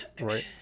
Right